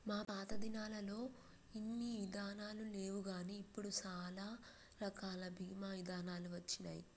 మా పాతదినాలల్లో ఇన్ని ఇదానాలు లేవుగాని ఇప్పుడు సాలా రకాల బీమా ఇదానాలు వచ్చినాయి